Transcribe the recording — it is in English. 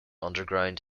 underground